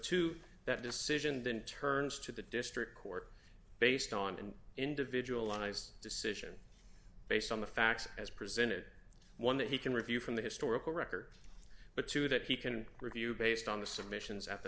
two that decision then turns to the district court based on an individual i's decision based on the facts as presented one that he can review from the historical record but two that he can review based on the submissions at the